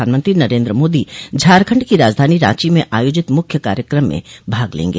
प्रधानमंत्री नरेन्द्र मोदी झारखंड की राजधानी रांची में आयोजित मुख्य कार्यक्रम में भाग लेंगे